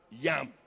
yam